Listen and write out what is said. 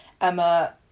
Emma